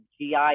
GI